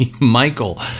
Michael